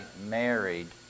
married